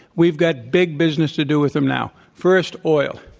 we've got big business to do with them now. first, oil.